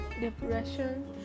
Depression